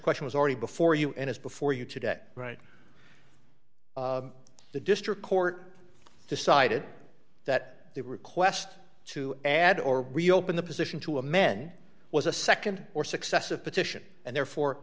question was already before you and has before you today right the district court decided that the request to add or reopen the position to a men was a nd or successive petition and therefore